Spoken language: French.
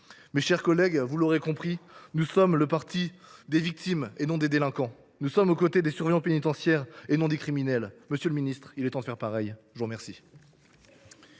Mes chers collègues, vous l’aurez compris, nous sommes le parti des victimes et non des délinquants. Nous sommes aux côtés des surveillants pénitentiaires et non des criminels. Monsieur le garde sceaux, il est temps de faire de même ! La parole